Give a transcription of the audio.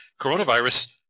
coronavirus